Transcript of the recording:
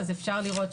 אפשר לראות,